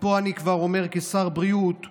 ופה אני כבר אומר כשר בריאות,